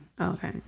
Okay